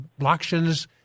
blockchains